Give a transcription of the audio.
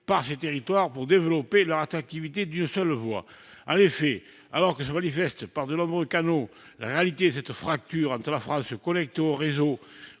par ces territoires pour développer leur attractivité d'une seule voix. Alors que se manifeste par de nombreux canaux la réalité de cette fracture entre la France connectée aux réseaux